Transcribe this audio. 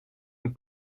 een